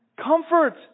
Comfort